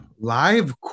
Live